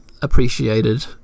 appreciated